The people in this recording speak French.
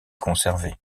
conservés